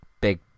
big